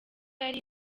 yari